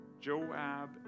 joab